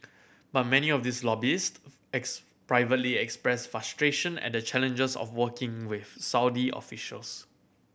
but many of these lobbyist privately express frustration at the challenges of working with Saudi officials